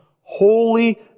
holy